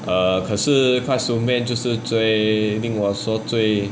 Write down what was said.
err 可是快熟面就是最令我说最